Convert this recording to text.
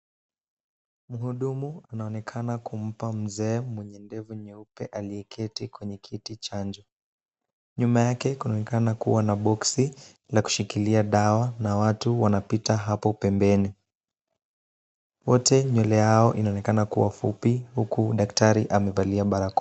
Mhudumu anaonekana kumpa mzee mwenye ndevu nyeupe aliyeketi kwenye kiti chanjo. Nyuma yake kunaonekana kuwa na boxi ya kushikilia dawa na watu wanapita hapo pembeni. Wote nywele yao inaonekana kuwa fupi huku daktari amevalia barakoa.